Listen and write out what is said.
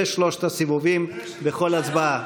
אלה שלושת הסיבובים בכל הצבעה.